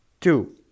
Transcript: Two